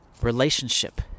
relationship